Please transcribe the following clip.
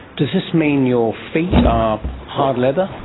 does this mean your feet are hard leather?